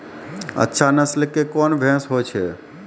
अच्छा नस्ल के कोन भैंस होय छै?